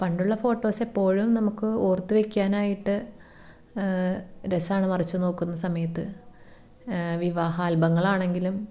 പണ്ടുള്ള ഫോട്ടോസ് എപ്പോഴും നമുക്ക് ഓർത്തു വയ്ക്കാനായിട്ട് രസമാണ് മറിച്ചു നോക്കുന്ന സമയത്ത് വിവാഹ ആല്ബങ്ങളാണെങ്കിലും